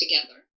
together